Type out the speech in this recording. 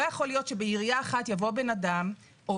לא יכול להיות שבעירייה אחת יבוא בן אדם או